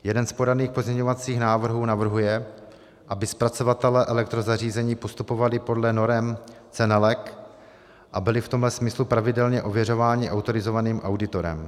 Jeden z podaných pozměňovacích návrhů navrhuje, aby zpracovatelé elektrozařízení postupovali podle norem CENELEC a byli v tomhle smyslu pravidelně ověřováni autorizovaným auditorem.